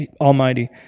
Almighty